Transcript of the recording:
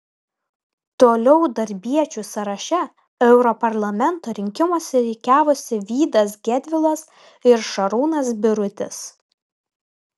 toliau darbiečių sąraše europarlamento rinkimuose rikiavosi vydas gedvilas ir šarūnas birutis